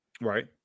Right